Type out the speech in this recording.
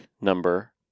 number